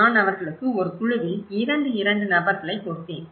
நான் அவர்களுக்கு ஒரு குழுவில் 2 2 நபர்களைக் கொடுத்தேன்